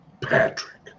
Patrick